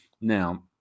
now